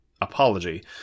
apology